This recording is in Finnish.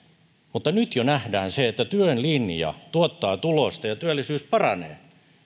mutta nyt jo nähdään se että työn linja tuottaa tulosta ja työllisyys paranee ja